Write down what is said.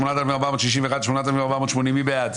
אחר כך שואלים, למה הכנסת הפכה להיות אישית?